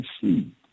see